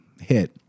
hit